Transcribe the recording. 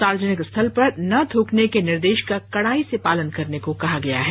सार्वजनिक स्थल पर न थूकने के निर्देश का कड़ाई से पालन करने को कहा गया है